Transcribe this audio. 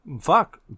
fuck